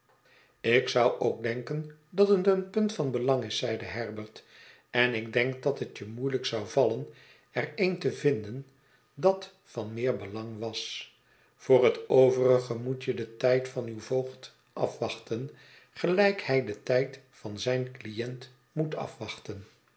ik zou ook denken dat het een punt van belang is zeide herbert en ik denk dat het je moeielijk zou vallen er een te vinden dat van meer belang was voor het overige moet je den tijd van uw voogd afwachten gelijk hij den tijd van zijn client moet afwachten